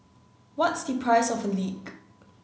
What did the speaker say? what's the price of a leak